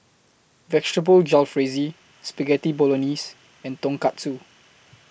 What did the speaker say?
Vegetable Jalfrezi Spaghetti Bolognese and Tonkatsu